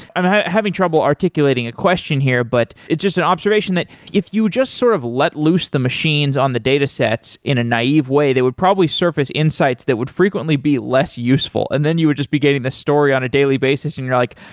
i'm having trouble articulating a question here, but it's just an observation, that if you just sort of let loose the machines on the datasets in a naive way, they would probably surface insights that would frequently be less useful and then you would just be getting the story on a daily basis and you're like,